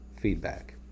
feedback